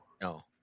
No